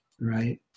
right